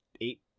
eight